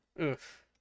Oof